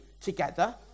together